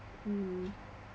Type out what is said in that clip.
mm